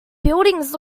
buildings